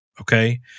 Okay